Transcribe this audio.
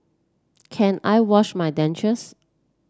can I wash my dentures